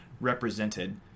represented